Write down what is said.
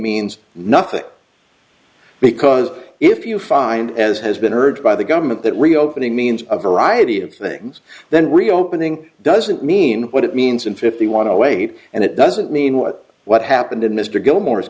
means nothing because if you find as has been heard by the government that reopening means a variety of things then reopening doesn't mean what it means and fifty want to wait and it doesn't mean what what happened to mr gilmore